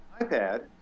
iPad